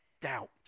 doubt